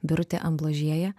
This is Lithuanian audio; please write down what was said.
birutė ambložėja